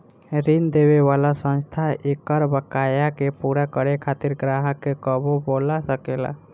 ऋण देवे वाला संस्था एकर बकाया के पूरा करे खातिर ग्राहक के कबो बोला सकेला